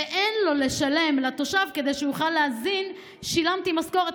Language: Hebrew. ואין לו לשלם לתושב כדי שהוא יוכל להזין: שילמתי משכורת,